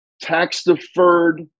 tax-deferred